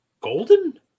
Golden